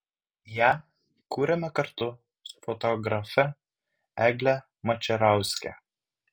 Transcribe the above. ją kūrėme kartu su fotografe egle mačerauske